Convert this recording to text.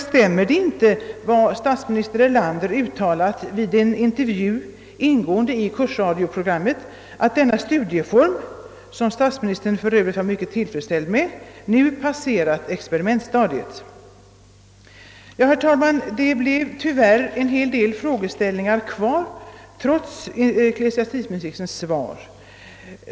Stämmer inte statsminister Erlanders uttalande i en intervju, ingående i radiokurspro grammen, att denna studieform — som statsministern för övrigt var mycket tillfredsställd med — nu passerat experimentstadiet? Herr talman! Det blev tyvärr en hel del frågeställningar kvar trots eckle siastikministerns svar.